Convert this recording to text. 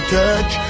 touch